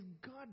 God